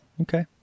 Okay